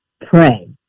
pray